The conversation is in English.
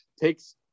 takes